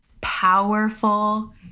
powerful